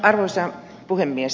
arvoisa puhemies